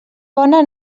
bona